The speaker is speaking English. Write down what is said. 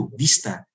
vista